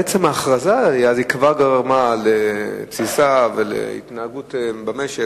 עצם ההכרזה גרמה לתסיסה ולהתנהגות במשק,